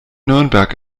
nürnberg